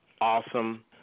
awesome